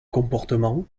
comportement